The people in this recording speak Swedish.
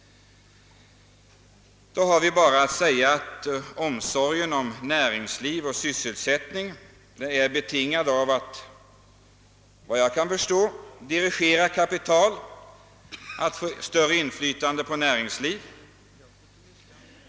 Omsorgen om näringsliv och sysselsättning är såvitt jag förstår betingad av intresset att dirigera kapital och att få större inflytande över näringslivet.